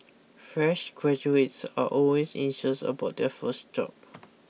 fresh graduates are always anxious about their first job